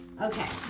Okay